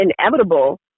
inevitable